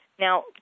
Now